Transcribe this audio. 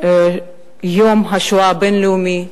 יום השואה הבין-לאומי,